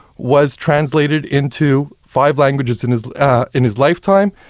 was translated into five languages in his in his lifetime,